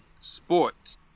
sport